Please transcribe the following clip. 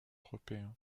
européens